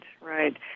right